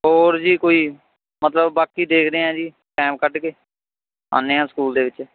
ਹੋਰ ਜੀ ਕੋਈ ਮਤਲਬ ਬਾਕੀ ਦੇਖਦੇ ਹੈ ਜੀ ਟਾਇਮ ਕੱਢ ਕੇ ਆਉਂਦੇ ਹਾਂ ਸਕੂਲ ਦੇ ਵਿੱਚ